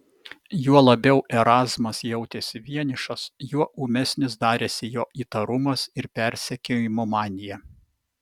juo labiau erazmas jautėsi vienišas juo ūmesnis darėsi jo įtarumas ir persekiojimo manija